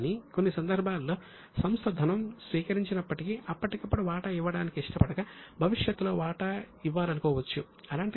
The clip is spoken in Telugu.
కానీ కొన్ని సందర్భాల్లో సంస్థ ధనం స్వీకరించినప్పటికీ అప్పటికప్పుడు వాటా ఇవ్వడానికి ఇష్టపడక భవిష్యత్తులో వాటా ఇవ్వాలనుకోవచ్చు